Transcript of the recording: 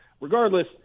regardless